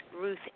Ruth